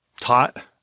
taught